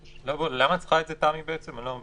למה את צריכה את זה בעצם, תמי?